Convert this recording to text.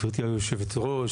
גברתי היושבת-ראש,